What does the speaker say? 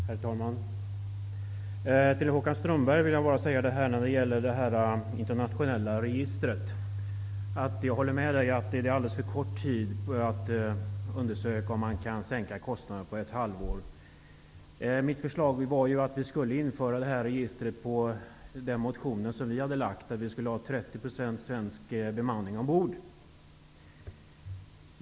Herr talman! Till Håkan Strömberg vill jag beträffande det internationella fartygsregistret säga att jag håller med honom om att sex månader är en alldeles för kort tid för att undersöka om man kan sänka kostnaderna. Mitt förslag enligt vår motion var att man skulle införa detta register, och man skulle ha 30 % svensk bemanning ombord.